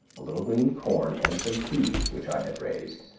a little green corn, and some peas, which i had raised,